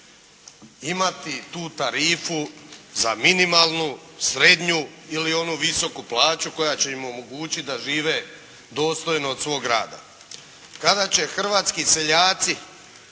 imati tu tarifu za minimalnu, srednju ili onu visoku plaću koja će im omogućiti da žive dostojno od svog rada. Kada će hrvatski seljaci